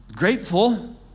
Grateful